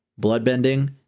bloodbending